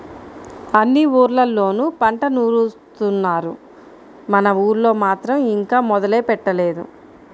అన్ని ఊర్లళ్ళోనూ పంట నూరుత్తున్నారు, మన ఊళ్ళో మాత్రం ఇంకా మొదలే పెట్టలేదు